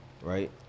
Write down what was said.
right